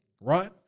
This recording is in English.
right